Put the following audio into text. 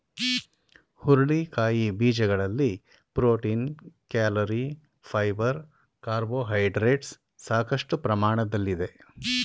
ಹುರುಳಿಕಾಯಿ ಬೀಜಗಳಲ್ಲಿ protein, calorie, fibre carbohydrates ಸಾಕಷ್ಟು ಪ್ರಮಾಣದಲ್ಲಿದೆ